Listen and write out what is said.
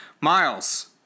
Miles